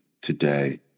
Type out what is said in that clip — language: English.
today